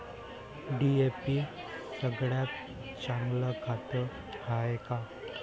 DAP सगळ्यात चांगलं खत हाये का?